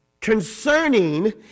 Concerning